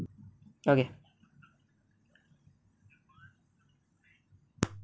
okay